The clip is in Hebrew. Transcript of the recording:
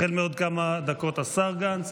החל מעוד כמה דקות השר גנץ,